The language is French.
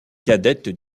cadette